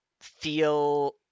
feel